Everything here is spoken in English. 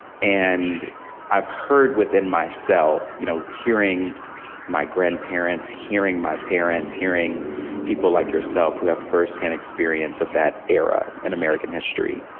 and i've heard within myself you know hearing my grandparents, hearing my parents, hearing people like yourself who have firsthand experience of that era in american history,